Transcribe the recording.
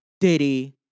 Diddy